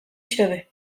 xede